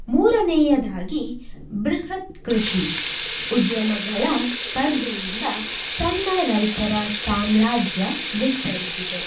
ಮೂರನೆಯದಾಗಿ ಬೃಹತ್ ಕೃಷಿ ಉದ್ಯಮಗಳ ಸ್ಪರ್ಧೆಯಿಂದ ಸಣ್ಣ ರೈತರ ಸಾಮ್ರಾಜ್ಯ ವಿಸ್ತರಿಸಿದೆ